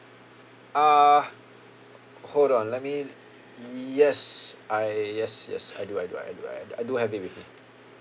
uh hold on let me y~ yes I yes yes I do I do I do I do I do have it with me